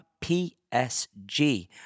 psg